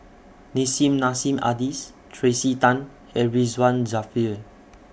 Nissim Nassim Adis Tracey Tan and Ridzwan Dzafir